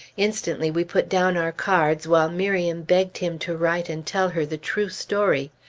instantly we put down our cards, while miriam begged him to write and tell her the true story.